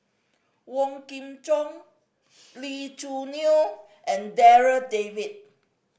Wong Kin Jong Lee Choo Neo and Darryl David